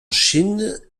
chine